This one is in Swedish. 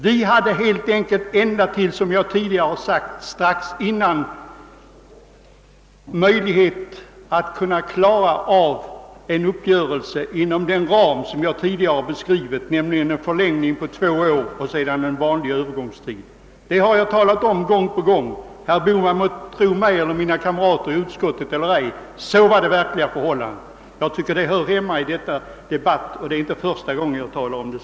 Vi hade, såsom jag tidigare sagt, ända till strax dessförinnan i utskottet möjlighet att träffa en uppgörelse inom den ram som jag tidigare har beskrivit, nämligen en förlängning av lagen på två år och därefter en fyraårig övergångstid. Detta har jag talat om gång på gång. Herr Bohman må tro mig och mina kamrater i utskottet eller ej, men så var det verkliga förhållandet. Jag tycker det hör hemma i denna debatt, men det är inte första gången jag har upplyst om detta.